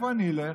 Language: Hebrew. לאיפה אני אלך?